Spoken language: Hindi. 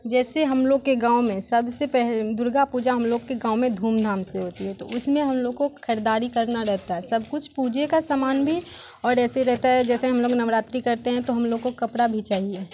जैसे हम लोग के गाँव में सबसे पहले दुर्गा पूजा हम लोग के गाँव में धूमधाम से होती है तो उसमें हम लोग को खरीदारी करना रहता है सब कुछ पूजे का सामान भी और ऐसे रहता है जैसे हम लोग नवरात्री करते हैं तो हम लोग को कपड़ा भी चाहिए